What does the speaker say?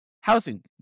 housing